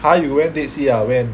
!huh! you went Dead Sea ah when